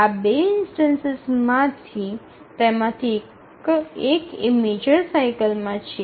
આ ૨ ઇન્સ્ટનસિસમાંથી તેમાંથી એક એ મેજર સાઇકલમાં છે